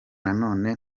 nanone